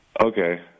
Okay